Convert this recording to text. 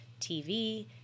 tv